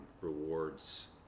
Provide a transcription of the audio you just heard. rewards